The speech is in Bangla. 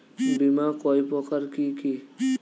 বীমা কয় প্রকার কি কি?